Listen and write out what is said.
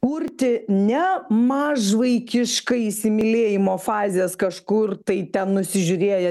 kurti ne mažvaikiškai įsimylėjimo fazės kažkur tai ten nusižiūrėję